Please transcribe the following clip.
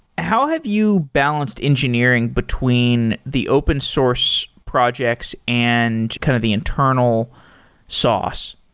how have you balanced engineering between the open source projects and kind of the internal sauce?